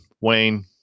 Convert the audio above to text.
Wayne